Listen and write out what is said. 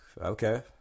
okay